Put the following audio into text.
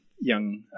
young